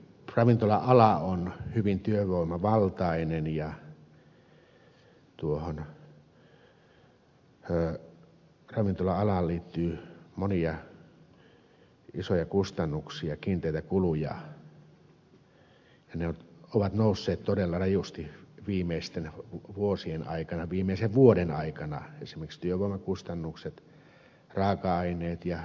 ravintola ala on hyvin työvoimavaltainen ja ravintola alaan liittyy monia isoja kustannuksia kiinteitä kuluja ja ne ovat nousseet todella rajusti viimeisten vuosien aikana viimeisen vuoden aikana esimerkiksi työvoimakustannukset raaka aineet ja energiakustannukset